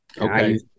Okay